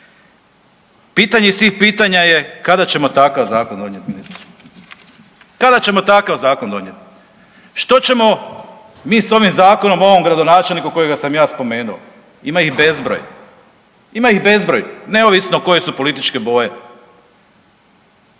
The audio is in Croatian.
Pitanje svih pitanja je kada ćemo takav zakon donijeti. Kada ćemo takav zakon donijeti? Što ćemo mi s ovim zakonom, ovom gradonačelnikom kojega sam ja spomenuo? Ima ih bezbroj, ima ih bezbroj, neovisno koje su političke boje.